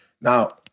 Now